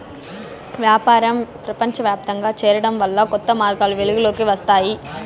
వ్యాపారం ప్రపంచవ్యాప్తంగా చేరడం వల్ల కొత్త మార్గాలు వెలుగులోకి వస్తాయి